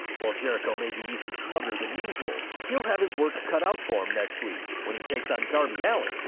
while jericho may be even smugger than usual, he'll have his work cut out for him next week, when he takes on darby allin,